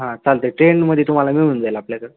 हां चालते ट्रेंडमध्ये तुम्हाला मिळून जाईल आपल्याकडं